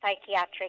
psychiatric